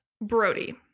Brody